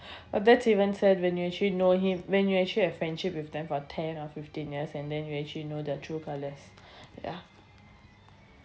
that's even sad when you actually know him when you actually have friendship with them for ten or fifteen years and then you actually know their true colours ya